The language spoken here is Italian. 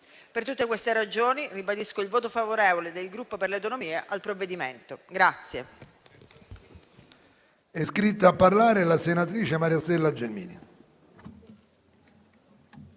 Per tutte queste ragioni, ribadisco il voto favorevole del Gruppo Per le Autonomie sul provvedimento.